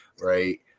Right